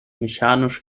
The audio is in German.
mechanisch